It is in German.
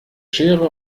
schere